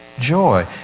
Joy